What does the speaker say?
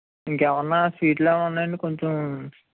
ఇంకా ఏమన్న స్వీట్లు ఏమన్న ఉన్నాయా అండి కొంచెం